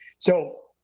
so.